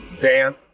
Dan